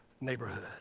neighborhood